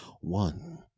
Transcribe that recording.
One